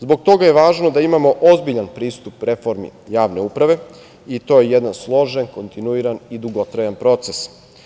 Zbog toga je važno da imamo ozbiljan pristup reformi javne u prave i to je jedan složen, kontinuiran i dugotrajan proces.